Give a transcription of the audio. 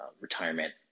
retirement